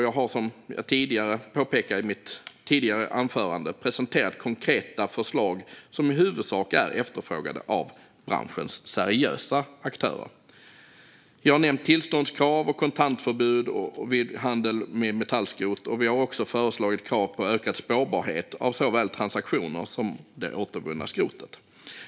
Jag har, som jag påpekade i mitt tidigare anförande, presenterat konkreta förslag som i huvudsak är efterfrågade av branschens seriösa aktörer. Jag har nämnt tillståndskrav och kontantförbud vid handel med metallskrot. Vi har också föreslagit krav på ökad spårbarhet av såväl transaktioner som det återvunna skrotet.